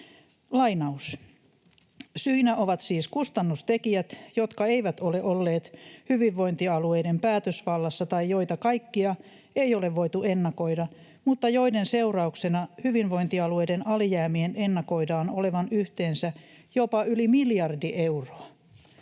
Lainaus: ”Syinä ovat siis kustannustekijät, jotka eivät ole olleet hyvinvointialueiden päätösvallassa tai joita kaikkia ei ole voitu ennakoida, mutta joiden seurauksena hyvinvointialueiden alijäämien ennakoidaan olevan yhteensä jopa yli miljardi euroa.”